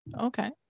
Okay